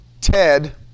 Ted